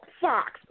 Fox